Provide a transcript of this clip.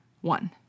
one